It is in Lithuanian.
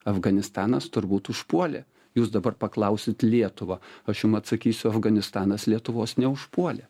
afganistanas turbūt užpuolė jūs dabar paklausit lietuvą aš jum atsakysiu afganistanas lietuvos neužpuolė